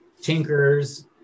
tinkers